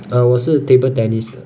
err 我是 table tennis 的